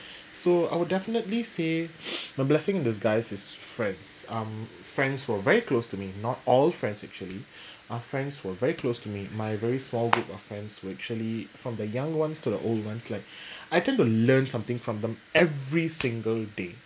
so I would definitely say a blessing disguise is friends um friends are very close to me not all friends actually uh friends who were very close to me my very small group of friends who actually from the young ones to the old ones like I tend to learn something from them every single day